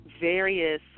various